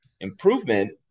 improvement